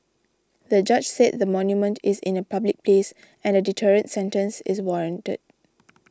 the judge said the monument is in a public place and a deterrent sentence is warranted